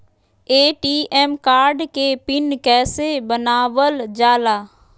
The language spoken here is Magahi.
ए.टी.एम कार्ड के पिन कैसे बनावल जाला?